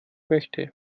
möchte